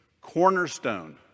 cornerstone